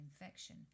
infection